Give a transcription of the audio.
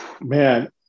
Man